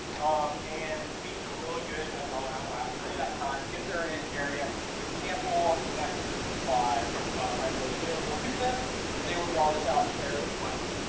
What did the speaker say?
um and bees are really good at drawing out wax during that time. if they're an an area with ample nectar supply readily available to them and they will draw this out fairly quickly.